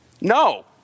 No